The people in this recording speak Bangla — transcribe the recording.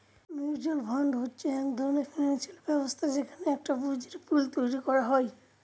মিউচুয়াল ফান্ড হচ্ছে এক ধরনের ফিনান্সিয়াল ব্যবস্থা যেখানে একটা পুঁজির পুল তৈরী করা হয়